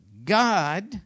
God